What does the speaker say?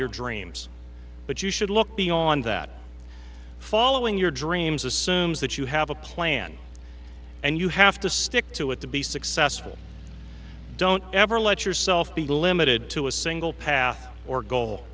your dreams but you should look beyond that following your dreams assumes that you have a plan and you have to stick to it to be successful don't ever let yourself be limited to a single path or goal